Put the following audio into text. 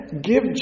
give